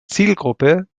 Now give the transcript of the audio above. zielgruppe